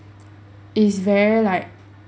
it's very like